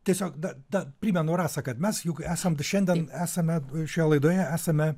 tiesiog da da primenu rasa kad mes juk esam šiandien esame šioje laidoje esame